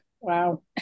wow